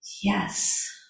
Yes